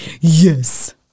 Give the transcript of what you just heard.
Yes